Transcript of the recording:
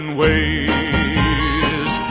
ways